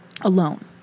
alone